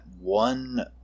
one